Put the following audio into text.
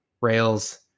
rails